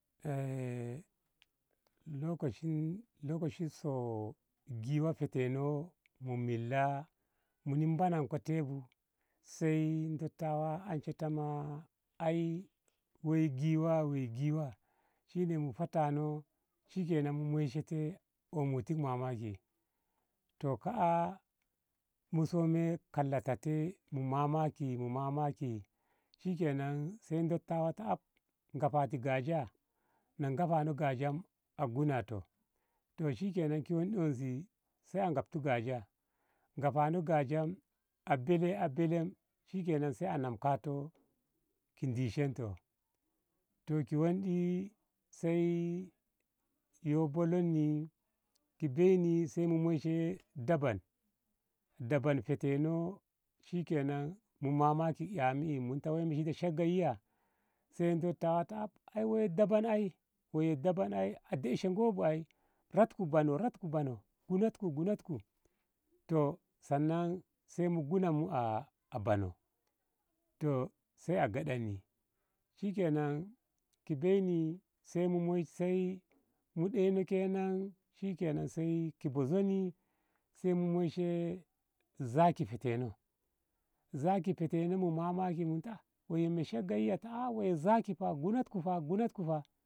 lokoci lokocis so giwa hete no mu milla muni mu bannan ko tebu sai dottawa anshe ta ma ai woi giwa woi giwa shine mu hatano shikenan mu moishe te omu ti mamaki toh ka'a mu soma kalliti te mu mamaki mu mamaki shikenan sai dottawa ta ngafati gyaja nak ngafa no gyaja a gunatoh toh, toh shikenan ki won ti ngozi sai a ngafati gyaja ngafa no gyajan a bile a bilen shikenan sai a nam kato ki dishento toh ki wonde sai yo bolon ni ki bei ni sai mu moishe dabam dabam heteno shikenan mu mamaki ƙa e mun woi shegga yiya sai dottawa ta af woi dabam ai woi dabam ai a deishe ngo bu ai rat ku bonoh rat ku banoh gunatku gunatku toh sannan sai mu gunanmu a a banoh toh sai a gyaɗanni shikenan ki beini sai mu sa mu ɗeino kenan ki bozoni sai mu moishe zaki heteno zaki heteno mu mamaki mun a woi shegga yiya ta a woiye zaki fa gunatku fa gunatku fa.